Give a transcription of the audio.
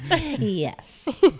Yes